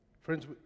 friends